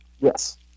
Yes